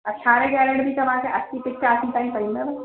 अरिड़हें कैरेट में तव्हांखे असी पंजहासी ताईं पवंदव